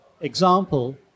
example